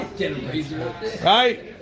Right